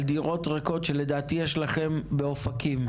על דירות ריקות שלדעתי יש לכם באופקים.